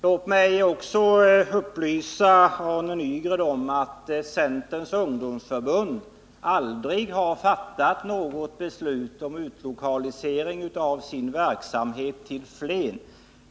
Låt mig också upplysa Arne Nygren om att centerns ungdomsförbund aldrig har fattat något beslut om utlokalisering av sin verksamhet till Flen.